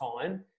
time